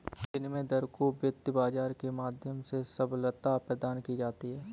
विनिमय दर को वित्त बाजार के माध्यम से सबलता प्रदान की जाती है